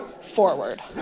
Forward